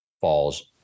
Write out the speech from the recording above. fall's